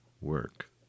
work